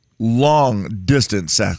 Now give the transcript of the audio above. long-distance